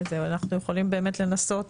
אנחנו יכולים באמת לנסות,